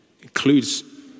includes